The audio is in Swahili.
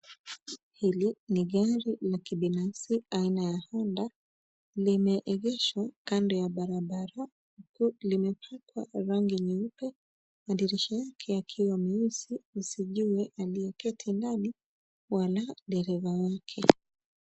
Hili ni gari la kibinafsi aina ya Honda. Limeegeshwa kando ya barabara huku limepakwa rangi nyeupe. Madirisha yake yakiwa meusi usijue aliyeketi ndani wala dereva wake.